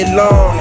long